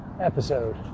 episode